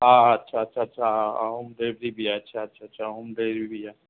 हा अछा अछा अछा हा होम डीलेवरी बि आहे अछा अछा अछा होम डिलेवरी बि आहे